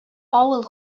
авыл